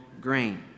grain